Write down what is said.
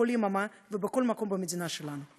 בכל יממה ובכל מקום במדינה שלנו.